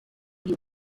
you